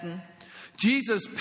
Jesus